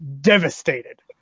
devastated